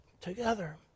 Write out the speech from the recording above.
together